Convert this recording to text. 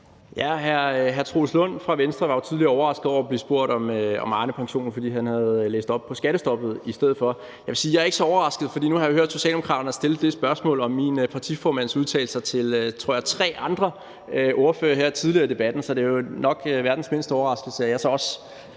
Lund Poulsen fra Venstre var jo tidligere overrasket over at blive spurgt om Arnepensionen, fordi han havde læst op på skattestoppet i stedet for. Jeg vil sige, at jeg ikke er så overrasket, fordi nu har jeg jo hørt Socialdemokraterne stille det spørgsmål om min partiformands udtalelse til, tror jeg, tre andre ordførere her tidligere i debatten. Så det er jo nok verdens mindste overraskelse, at jeg så også